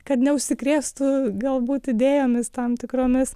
kad neužsikrėstų galbūt idėjomis tam tikromis